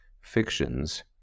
fictions